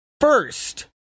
first